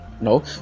no